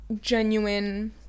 genuine